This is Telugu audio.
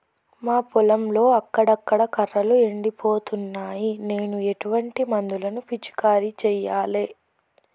మా పొలంలో అక్కడక్కడ కర్రలు ఎండిపోతున్నాయి నేను ఎటువంటి మందులను పిచికారీ చెయ్యాలే?